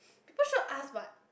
people sure ask what